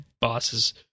bosses